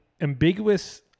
ambiguous